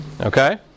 okay